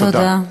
תודה.